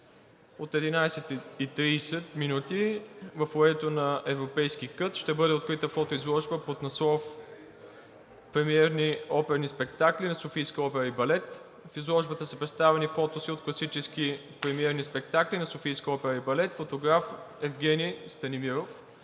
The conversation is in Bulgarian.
От 11,30 ч. във Фоайето на европейския кът ще бъде открита фотоизложба под наслов: „Премиерни оперни спектакли на Софийската опера и балет“. В изложбата са представени фотоси от класически премиерни спектакли на Софийската опера и балет. Фотограф е Евгени Станимиров.